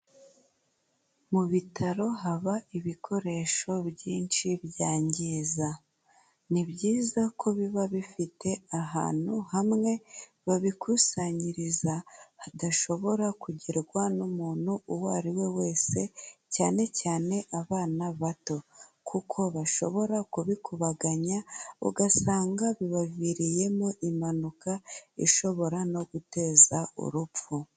Mu bitaro haba ibikoresho byinshi byangiza. Ni byiza ko biba bifite ahantu hamwe babikusanyiriza hadashobora kugerwa n'umuntu uwo ari we wese, cyane cyane abana bato, kuko bashobora kubikubaganya ugasanga bibaviriyemo impanuka ishobora no guteza urupfu.